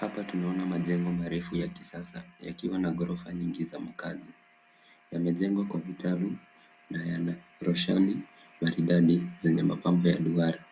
Hapa tunaona majengo marefu ya kisasa yakiwa na ghorofa nyingi za makazi. Yamejengwa kwa vitaru na yana roshani maridadi zenye mapambo ya duara.